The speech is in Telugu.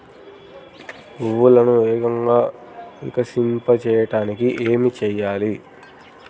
పువ్వులను వేగంగా వికసింపచేయటానికి ఏమి చేయాలి?